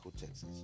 Texas